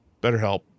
BetterHelp